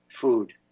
food